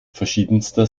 verschiedenster